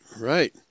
right